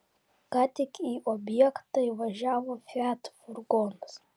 ką tik į objektą įvažiavo fiat furgonas